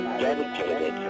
dedicated